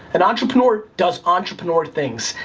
an entrepreneur does entrepreneur things,